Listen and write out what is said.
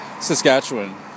Saskatchewan